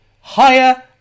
higher